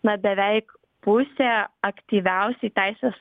na beveik pusė aktyviausiai teisės